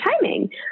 timing